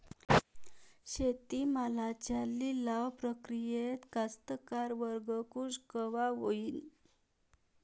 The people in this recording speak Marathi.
शेती मालाच्या लिलाव प्रक्रियेत कास्तकार वर्ग खूष कवा होईन?